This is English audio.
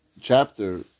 chapter